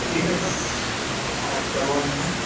ٹھیک ہے سر آپ کروا دینا